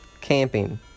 Camping